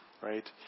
right